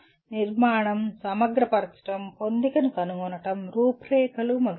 నిర్మాణం సమగ్రపరచడం పొందికను కనుగొనడం రూపురేఖలు మొదలైనవి